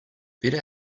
better